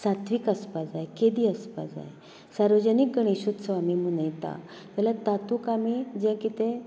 सात्वीक आसपाक जाय केदी आसपाक जाय सार्वजनीक गणेश उत्सव आमी मनयतात जाल्यार तातूंत आमी जें कितें